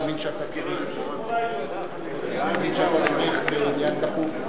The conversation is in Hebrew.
אני מבין שאתה צריך לצאת לעניין דחוף.